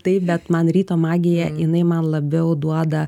taip bet man ryto magija jinai man labiau duoda